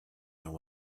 their